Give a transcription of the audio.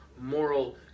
moral